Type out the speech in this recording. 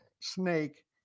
snake